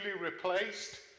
replaced